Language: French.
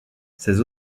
ses